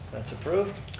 that's approved.